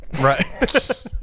Right